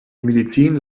medizin